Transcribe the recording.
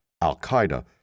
al-Qaeda